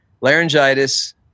laryngitis